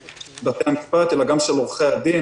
לא רק של בתי המשפט אלא גם של עורכי הדין,